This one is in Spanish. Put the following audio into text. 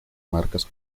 marcas